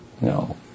No